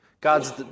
God's